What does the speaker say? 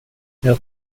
jag